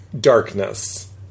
darkness